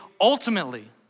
ultimately